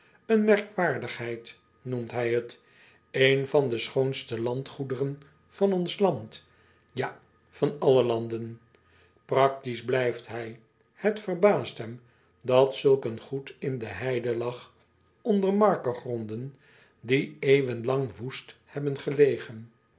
en merkwaardigheid noemt hij het een van de schoonste landgoederen van ons land ja van alle landen ractisch blijft hij het verbaast hem dat zulk een goed in de heide lag onder markegronden die eeuwen lang woest hebben gelegen